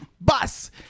bus